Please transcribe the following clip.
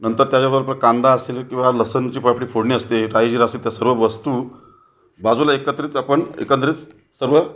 नंतर त्याच्याबरोबर कांदा असेल किंवा लसणाची पापडी फोडणी असते राई जिरा असे त्या सर्व वस्तू बाजूला एकत्रित आपण एकंदरीत सर्व